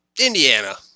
Indiana